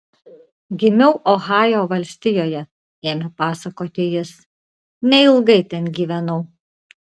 gimiau ohajo valstijoje ėmė pasakoti jis neilgai ten gyvenau